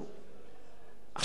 איך הגענו לשם?